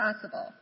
possible